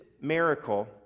miracle